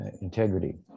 integrity